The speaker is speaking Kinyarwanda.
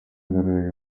yagaragaje